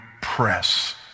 press